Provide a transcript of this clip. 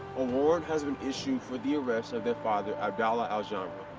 award has been issued for the arrest of their father, abadallah aljamrah.